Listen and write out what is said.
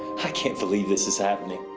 i can't believe this is happening.